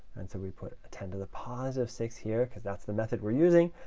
and so we put ten to the positive six here, because that's the method we're using.